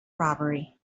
robbery